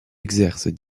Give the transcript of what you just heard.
exerce